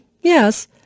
yes